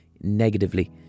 negatively